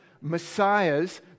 messiahs